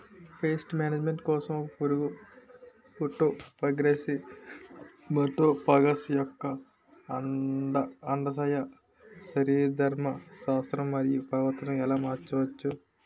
Paste management కోసం ఒక పురుగు ఫైటోఫాగస్హె మటోఫాగస్ యెక్క అండాశయ శరీరధర్మ శాస్త్రం మరియు ప్రవర్తనను ఎలా మార్చచ్చు?